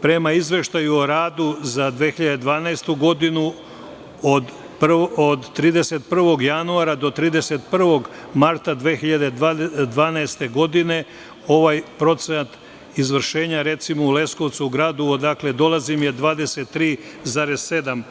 Prema izveštaju o radu za 2012. godinu, od 31. januara do 31. marta 2012. godine, ovaj procenat izvršenja, recimo u Leskovcu u gradu, odakle dolazim je 23,7%